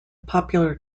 popular